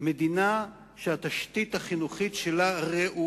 כיוון שחינוך מקנה השכלה, והשכלה מקנה